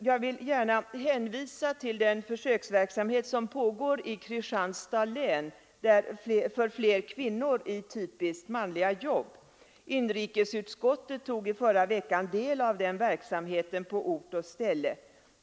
Jag vill gärna hänvisa till den försöksverksamhet som pågår i Kristianstads län för fler kvinnor i typiskt manliga jobb. Inrikesutskottet tog i förra veckan del av den verksamheten på ort och ställe.